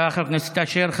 תודה, חבר הכנסת אשר.